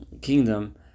kingdom